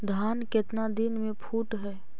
धान केतना दिन में फुट है?